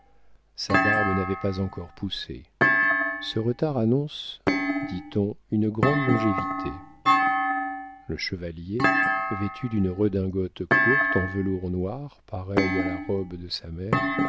sa barbe n'avait pas encore poussé ce retard annonce dit-on une grande longévité le chevalier vêtu d'une redingote courte en velours noir pareil à la robe de sa mère